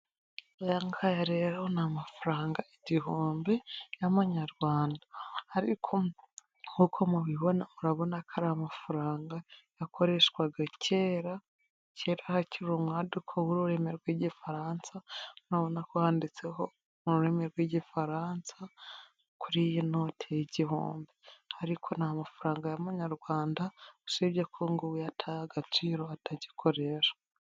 Aya ngaya rero ni amafaranga igihumbi y'Amanyarwanda, ariko nk'uko mubibona urabona ko ari amafaranga yakoreshwaga kera, kera hakiri umwaduko w'ururimi rw'Igifaransa urabona ko handitseho mu rurimi rw'Igifaransa kuri iyi noti y'igihumbi. Ariko ni mafaranga y'Amanyarwanda usibye ko ngo ubu yataye agaciro atagikoreshwa.